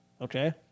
Okay